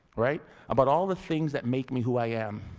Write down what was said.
right? about all the things that make me who i am.